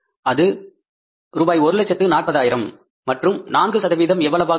அது ரூபாய் ஒரு லட்சத்து 40 ஆயிரம் மற்றும் 4 எவ்வளவாக இருக்கும்